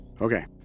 Okay